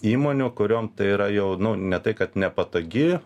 įmonių kuriom tai yra jau nu ne tai kad nepatogi